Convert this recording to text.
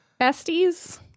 Besties